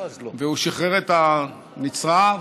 והוא שחרר את הנצרה,